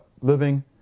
Living